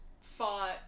fought